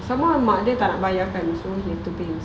some more mak dia tak nak bayarkan he have to pay himself